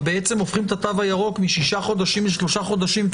ובעצם הופכים את התו הירוק משישה חודשים לשלושה חודשים,